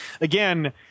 again